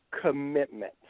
commitment